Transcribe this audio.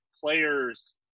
players